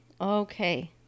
Okay